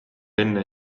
enne